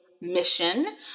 mission